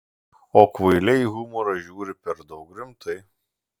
o kvailiai į humorą žiūri per daug rimtai